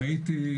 ראיתי,